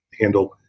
handle